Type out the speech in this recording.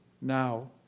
now